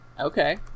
Okay